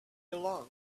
along